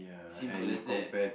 simple as that